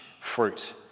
fruit